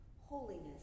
Holiness